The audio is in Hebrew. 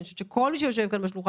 אני חושבת שכל מי שיושב כאן בשולחן,